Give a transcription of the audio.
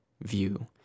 view